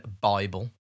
Bible